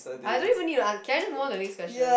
I don't even need to ans~ can I just move on to the next question